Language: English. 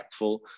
impactful